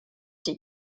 die